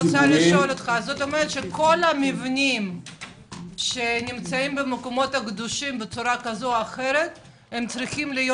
זה אומר שכל המבנים שנמצאים במקומות הקדושים צריכים להיות